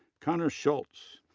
connor shults,